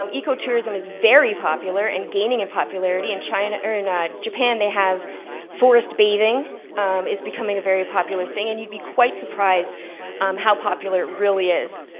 um ecotourism is very popular and gaining in popularity. in china, or in ah japan, they have forest bathing is becoming a very popular thing, and you'll be quite surprised how popular it really is.